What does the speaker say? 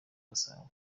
gasabo